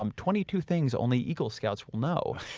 um twenty two things only eagle scouts will know.